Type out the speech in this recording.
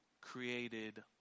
created